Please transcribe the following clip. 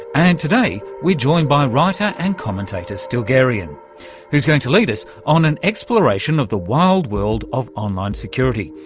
and today we're joined by writer and commentator stilgherrian who's going to lead us on an exploration of the wild world of online security,